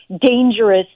dangerous